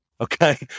okay